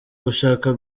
gushaka